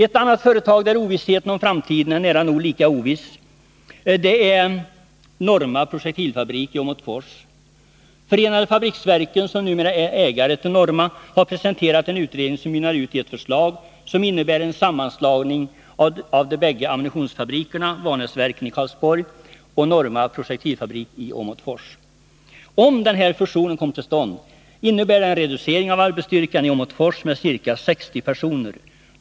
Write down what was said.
Ett annat företag där ovissheten om framtiden är nära nog lika stor är Norma Projektilfabrik i Åmotfors. Förenade fabriksverken, som numera är ägare till Norma, har presenterat en utredning som mynnar ut i ett förslag om en sammanslagning av de bägge ammunitionsfabrikerna Vanäsverken i Karlsborg och Norma Projektilfabrik i Åmotfors. Om den fusionen komnier till stånd, innebär det en reducering av arbetsstyrkan i Åmotfors med ca 60 personer.